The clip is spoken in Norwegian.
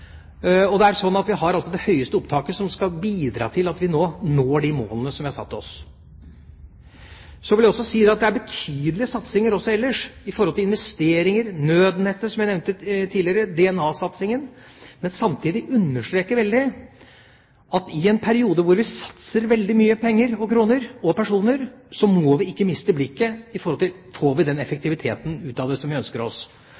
seg. Det er sånn at vi har det høyeste opptaket som skal bidra til at vi nå når de målene vi har satt oss. Jeg vil også si at det er betydelige satsinger også ellers når det gjelder investeringer – nødnettet, som jeg nevnte tidligere, og DNA-satsingen. Men samtidig understreker jeg veldig at i en periode hvor vi satser veldig mye kroner og personer, må vi ikke miste blikket fra om vi får den effektiviteten ut av det som vi ønsker oss.